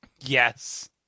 Yes